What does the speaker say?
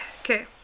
Okay